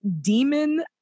demon